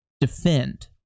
defend